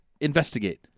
investigate